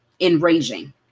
enraging